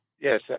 yes